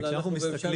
בשוק